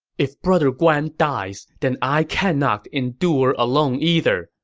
if brother guan dies, then i cannot endure alone either!